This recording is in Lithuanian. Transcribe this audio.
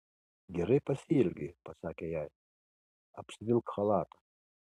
gerai pasielgei pasakė jai apsivilk chalatą